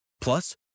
Plus